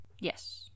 yes